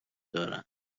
دارند